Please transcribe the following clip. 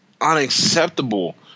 unacceptable